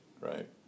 right